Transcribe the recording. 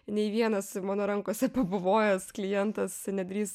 nei vienas mano rankose pabuvojęs klientas nedrįs